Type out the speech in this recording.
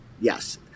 Yes